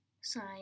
sign